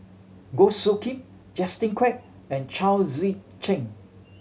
Goh Soo Khim Justin Quek and Chao Tzee Cheng